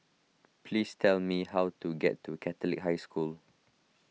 please tell me how to get to Catholic High School